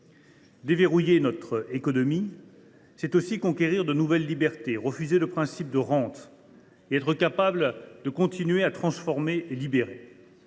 Déverrouiller notre économie, c’est aussi conquérir de nouvelles libertés, refuser le principe de la rente et être capable de continuer à transformer et à libérer.